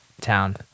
town